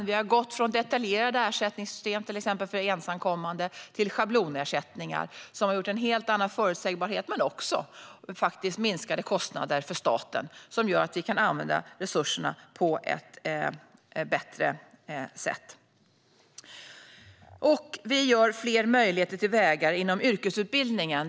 Vi har gått från detaljerade ersättningssystem för exempelvis ensamkommande till schablonersättningar, som har gett en helt annan förutsägbarhet men faktiskt också minskade kostnader för staten, vilket gör att vi kan använda resurserna på ett bättre sätt. Vi skapar fler möjligheter till vägar inom yrkesutbildningen.